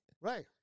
Right